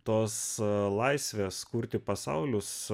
tos laisvės kurti pasaulius